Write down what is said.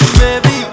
baby